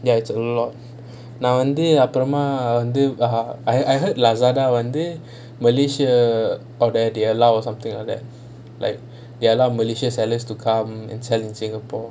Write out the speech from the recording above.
ya it's a lot நான் வந்து அப்புறமா வந்து:naan vanthu appuramaa vanthu I I heard Lazada one day malaysia or that they allow or something like that like they allow malaysia sellers to come and sell in singapore